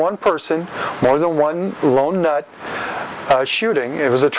one person more than one lone nut shooting it was a